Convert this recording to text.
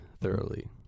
thoroughly